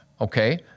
okay